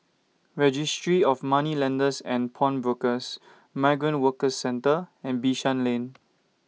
Registry of Moneylenders and Pawnbrokers Migrant Workers Centre and Bishan Lane